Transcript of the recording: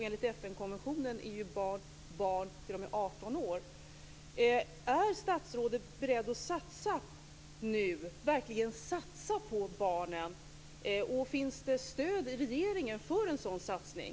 Enligt FN-konventionen är barn barn tills de är 18 år. Är statsrådet beredd att nu verkligen satsa på barnen? Finns det stöd i regeringen för en sådan satsning?